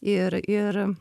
ir ir